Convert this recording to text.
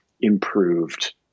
improved